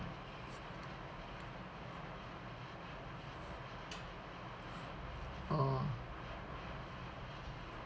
oh